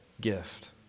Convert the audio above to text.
gift